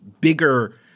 bigger